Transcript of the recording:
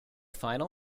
final